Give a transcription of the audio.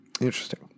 Interesting